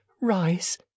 Rise